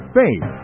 faith